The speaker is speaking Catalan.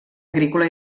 agrícola